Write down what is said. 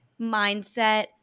mindset